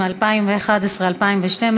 מה נחשב לסקטור היי-טק,